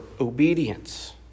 obedience